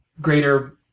greater